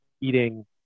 eating